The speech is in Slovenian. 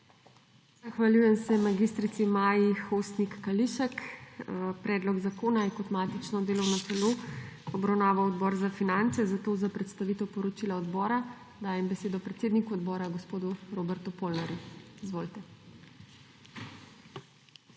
Zahvaljujem se mag. Maji Hostnik Kališek. Predlog zakona je kot matično delovno telo obravnaval Odbor za finance. Za predstavitev poročila odbora dajem besedo predsedniku odbora gospodu Robertu Polnarju.